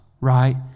right